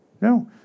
no